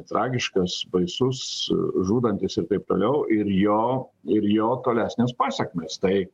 tragiškas baisus žudantis ir taip toliau ir jo ir jo tolesnės pasekmės tai